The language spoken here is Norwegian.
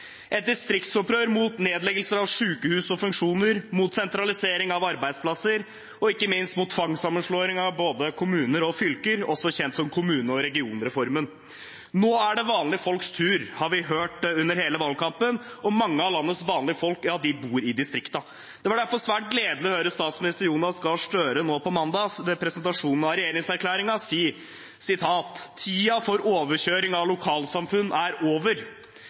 et distriktsopprør mot nedleggelser av sykehus og funksjoner, mot sentralisering av arbeidsplasser og ikke minst mot tvangssammenslåing av både kommuner og fylker, også kjent som kommune- og regionreformen. Nå er det vanlige folks tur, har vi hørt under hele valgkampen, og mange av landets vanlige folk bor i distriktene. Det var derfor svært gledelig å høre statsminister Jonas Gahr Støre nå på mandag ved presentasjonen av regjeringserklæringen si: «Tiden for overkjøring av lokalsamfunn er over.»